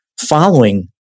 following